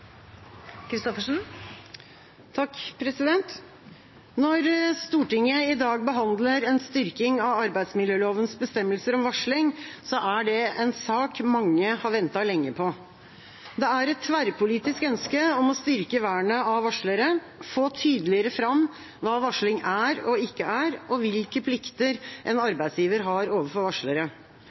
Når Stortinget i dag behandler en styrking av arbeidsmiljølovens bestemmelser om varsling, er det en sak mange har ventet lenge på. Det er et tverrpolitisk ønske om å styrke vernet av varslere, få tydeligere fram hva varsling er og ikke er, og hvilke plikter en arbeidsgiver har overfor varslere.